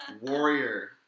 Warrior